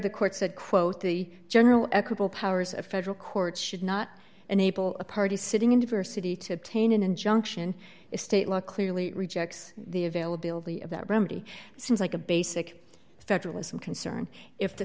the court said quote the general equable powers of federal courts should not enable a party sitting in diversity to obtain an injunction is state law clearly rejects the availability of that remedy seems like a basic federalism concern if the